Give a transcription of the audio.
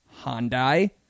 Hyundai